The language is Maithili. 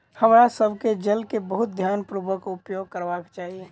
हमरा सभ के जल के बहुत ध्यानपूर्वक उपयोग करबाक चाही